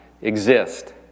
exist